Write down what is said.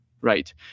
right